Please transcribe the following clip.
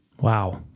Wow